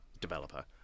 developer